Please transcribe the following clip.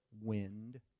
wind